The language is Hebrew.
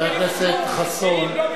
צריך עזרה, זה כל